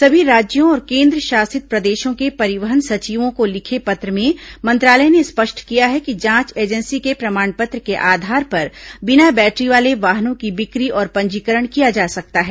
सभी राज्यों और केन्द्रशासित प्रदेशों के परिवहन सचिवों को लिखे पत्र में मंत्रालय ने स्पष्ट किया है कि जांच एजेंसी के प्रमाण पत्र के आधार पर बिना बैटरी वाले वाहनों की बिक्री और पंजीकरण किया जा सकता है